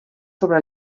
sobre